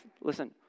listen